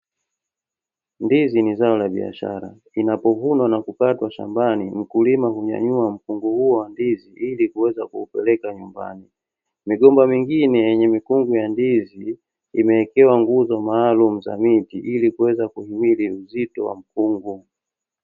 Ndizi ni zao la biashara, linapovunwa na kukatwa shambani mkulima hunyanyua mkungu huo wa ndizi, ili kuweza kuupeleka nyumbani. Migomba mingine yenye mikungu ya ndizi, imewekewa nguzo maalumu za miti, ili kuweza kuhimili uzito wa mkungu.